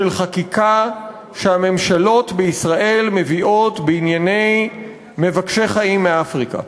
חקיקה שהממשלות בישראל מביאות בענייני מבקשי חיים מאפריקה.